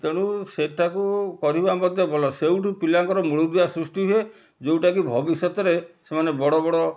ତେଣୁ ସେଟାକୁ କରିବା ମଧ୍ୟ ଭଲ ସେଇଠୁ ପିଲାଙ୍କର ମୁଳୂଦୁଆ ସୃଷ୍ଟି ହୁଏ ଯେଉଁଟାକି ଭବିଷ୍ୟତରେ ସେମାନେ ବଡ଼ବଡ଼